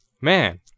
man